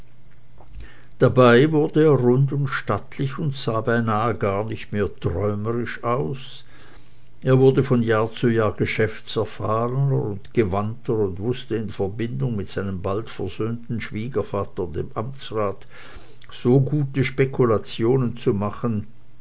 dabei wurde er rund und stattlich und sah beinah gar nicht mehr träumerisch aus er wurde von jahr zu jahr geschäftserfahrener und gewandter und wußte in verbindung mit seinem bald versöhnten schwiegervater dem amtsrat so gute spekulationen zu machen